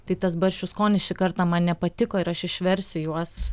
tai tas barščių skonis šį kartą man nepatiko ir aš išversiu juos